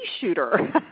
shooter